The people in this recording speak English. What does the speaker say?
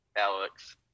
Alex